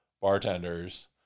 bartenders